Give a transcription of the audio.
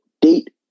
date